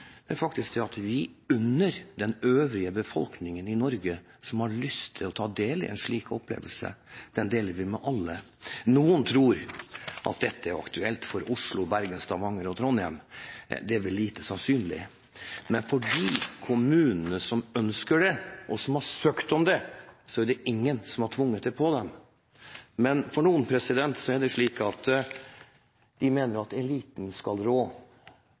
Finnmark er faktisk at vi unner den øvrige befolkningen i Norge som har lyst, å ta del i en slik opplevelse – den deler vi med alle. Noen tror at dette er aktuelt for Oslo, Bergen, Stavanger og Trondheim. Det er vel lite sannsynlig. Men for de kommunene som ønsker det, og som har søkt om det, er det ingen som har tvunget det på dem. Men for noen er det slik at de mener at eliten skal rå